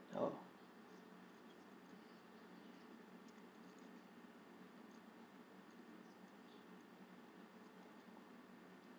oh